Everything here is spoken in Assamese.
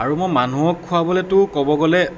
আৰু মই মানুহক খুৱাবলৈতো ক'ব গ'লে